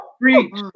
Reach